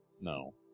No